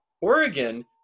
Oregon